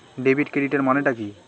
Debit ক্রেডিটের মানে টা কি?